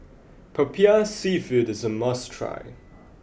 Popiah seafood is a must try